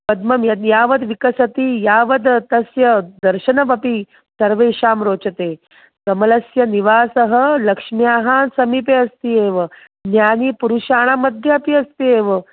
पद्मं यत् यावत् विकसति यावत् तस्य दर्शनमपि सर्वेषां रोचते कमलस्य निवासः लक्ष्म्याः समीपे अस्ति एव ज्ञानि पुरुषाणां मध्ये अपि अस्ति एव